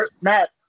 Matt